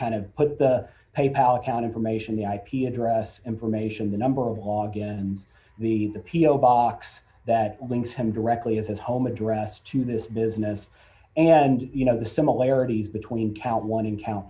kind of put the pay pal account information the ip address information the number of log and the p o box that links him directly as his home address to this business and you know the similarities between count one count